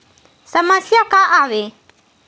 समस्या का आवे?